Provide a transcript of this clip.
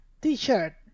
t-shirt